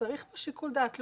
צריך פה שיקול דעת.